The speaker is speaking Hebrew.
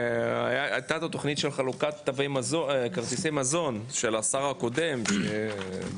שהייתה את התוכנית של חלוקת כרטיסי מזון של השר הקודם דרעי,